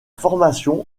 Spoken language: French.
formation